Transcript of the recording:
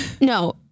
No